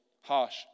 harsh